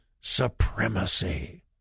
supremacy